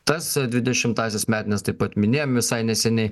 tas dvidešimtąsias metines taip pat minėjom visai neseniai